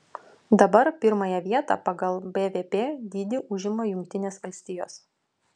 dabar pirmąją vietą pagal bvp dydį užima jungtinės valstijos